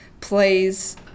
plays